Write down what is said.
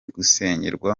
gusengerwa